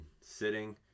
sitting